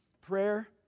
Prayer